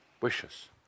Wishes